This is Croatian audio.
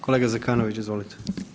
Kolega Zekanović, izvolite.